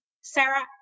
Sarah